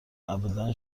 ابدا